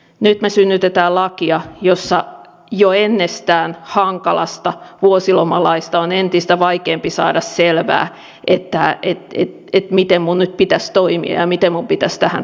nyt me synnytämme lakia jossa jo ennestään hankalasta vuosilomalaista on entistä vaikeampi saada selvää miten minun nyt pitäisi toimia ja miten minun pitäisi tähän reagoida